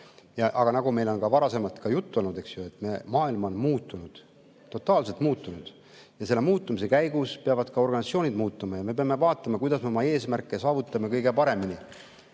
Nagu meil on varasemalt juttu olnud, eks ju, et maailm on muutunud, totaalselt muutunud, ja selle muutumise käigus peavad ka organisatsioonid muutuma. Me peame vaatama, kuidas me oma eesmärke saavutame kõige paremini.